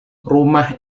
rumah